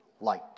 light